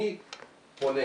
אני פונה